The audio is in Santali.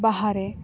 ᱵᱟᱦᱟ ᱨᱮ